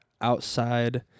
outside